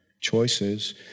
choices